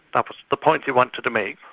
ah the point he wanted to make.